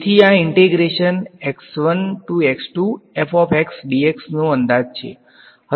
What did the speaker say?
તેથી આ નો અંદાજ છે